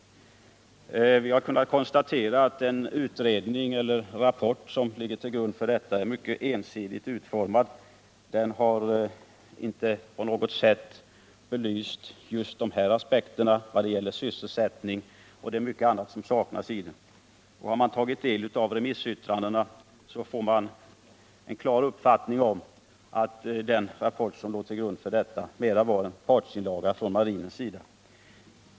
Vi har kunnat konstatera att den utredning eller rapport som här omnämnts är mycket ensidigt utformad. Den har inte på något sätt belyst frågan ur sysselsättningsaspekt, och det är mycket annat som också saknas. Har man tagit del av remissyttrandena får man en klar uppfattning om att rapporten mer var en partsinlaga från marinen än en utredning.